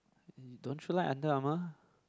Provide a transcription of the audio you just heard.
mm don't you like Under-Armour